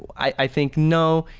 i think no,